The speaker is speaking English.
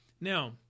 Now